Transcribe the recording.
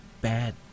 bad